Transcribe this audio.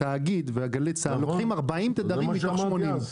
התאגיד וגלי צה"ל נותנים 40 תדרים מתוך 80. זה מה שאמרתי אז.